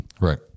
Right